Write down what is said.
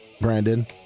Brandon